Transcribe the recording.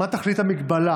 1. מה תכלית ההגבלה